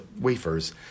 wafers